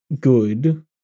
good